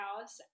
house